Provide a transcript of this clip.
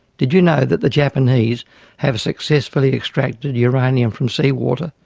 did you know that the japanese have successfully extracted uranium from sea water?